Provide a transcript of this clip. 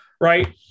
Right